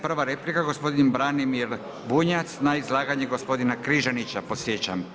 Prva replika gospodin Branimir Bunjac na izlaganje gospodina Križanića, podsjećam.